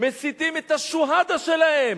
מסיתים את ה"שוהדא" שלהם,